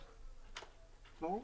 ברור.